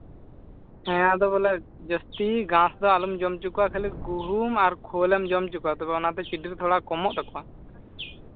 ᱦᱮᱸ ᱟᱫᱚ ᱵᱚᱞᱮ ᱡᱟᱹᱥᱛᱤ ᱜᱷᱟᱥ ᱫᱚ ᱟᱞᱚᱢ ᱡᱚᱢ ᱦᱚᱪᱚ ᱠᱚᱣᱟ ᱠᱷᱟᱹᱞᱤ ᱜᱩᱦᱩᱢ ᱟᱨ ᱠᱷᱳᱞ ᱮᱢ ᱡᱚᱢ ᱦᱚᱪᱚ ᱠᱚᱣᱟ ᱛᱚᱵᱮ ᱚᱱᱟᱛᱮ ᱪᱤᱰᱤᱨ ᱛᱷᱚᱲᱟ ᱠᱚᱢᱚᱜ ᱛᱟᱠᱚᱣᱟ